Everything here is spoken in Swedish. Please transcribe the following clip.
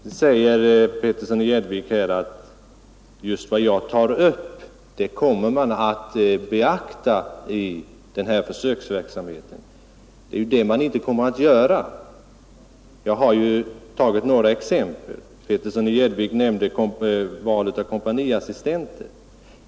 Herr Petersson i Gäddvik sade att just de saker jag tagit upp kommer att beaktas i försöksverksamheten. Nej, det är ju det som inte kommer att ske. Herr Petersson i Gäddvik nämnde bl.a. valet av kompaniassistenter.